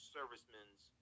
Servicemen's